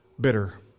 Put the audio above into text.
bitter